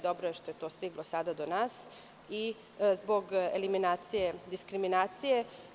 Dobro je što je to sada stiglo do nas i zbog eliminacije diskriminacije.